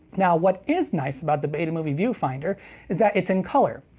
now what is nice about the betamovie viewfinder is that it's in color.